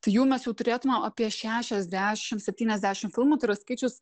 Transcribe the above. tai jų mes jau turėtumėm apie šešiadešim septyniasdešim filmų tai yra skaičius